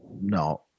No